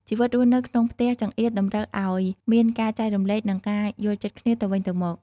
ជីវិតរស់នៅក្នុងផ្ទះចង្អៀតតម្រូវឲ្យមានការ ចែករំលែក និងការយល់ចិត្តគ្នាទៅវិញទៅមក។